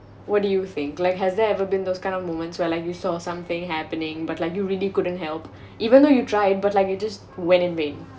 what do you think like has there ever been those kind of moments where like you saw something happening but like you really couldn't help even though you tried but it just went in vain